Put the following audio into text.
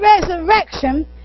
resurrection